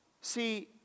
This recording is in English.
See